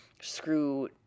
screw